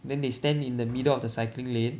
then they stand in the middle of the cycling lane